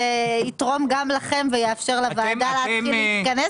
זה יתרום גם לכם ויאפשר לוועדה להתחיל להתכנס